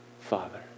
Father